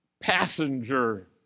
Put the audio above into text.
passenger